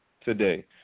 today